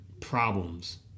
problems